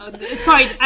Sorry